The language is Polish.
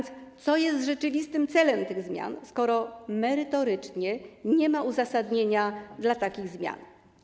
Co jest rzeczywistym celem tych zmian, skoro merytorycznie nie ma uzasadnienia dla takich zmian?